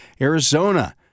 Arizona